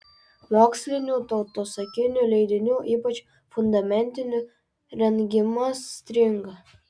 mokslinių tautosakinių leidinių ypač fundamentinių rengimas stringa